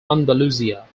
andalusia